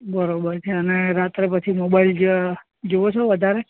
બરોબર છે અને રાત્રે પછી મોબાઈલ જ જુવો છો વધારે